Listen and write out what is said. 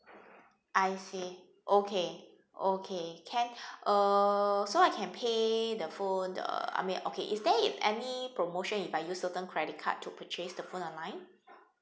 I see okay okay can uh so I can pay the phone the I mean okay is there is any promotion if I use certain credit card to purchase the phone online